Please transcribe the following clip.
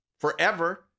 forever